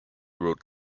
wrote